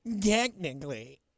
Technically